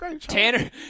Tanner